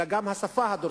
אלא גם בגלל השפה הדורסנית.